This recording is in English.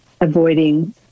avoiding